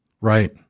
Right